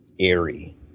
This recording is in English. airy